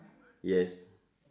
yes